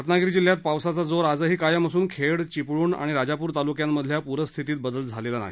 रत्नागिरी जिल्ह्यात पावसाचा जोर आजही कायम असून खेड चिपळूण आणि राजापूर तालुक्यांमधल्या पूरस्थितीत बदल झालेला नाही